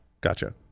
Gotcha